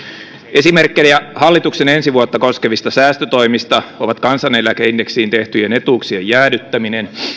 esimerkkejä hallituksen ensi vuotta koskevista säästötoimista ovat kansaneläkeindeksiin tehtyjen etuuksien jäädyttäminen